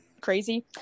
crazy